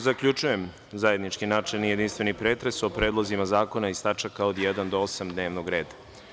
Zaključujem zajednički načelni jedinstveni pretres o predlozima zakona iz tačaka od 1. do 8. dnevnog reda.